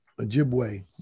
Ojibwe